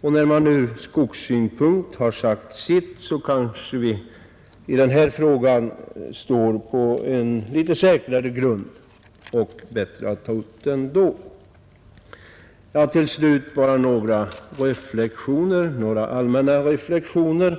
När utredningen ur skogssynpunkt sagt sitt i frågan kommer vi kanske att stå på litet säkrare grund, och det är bättre att då ta upp den. Till slut bara några allmänna reflexioner.